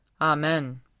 Amen